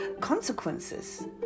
consequences